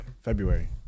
february